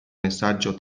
messaggio